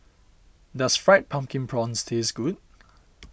does Fried Pumpkin Prawns taste good